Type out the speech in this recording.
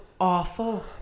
awful